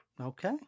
Okay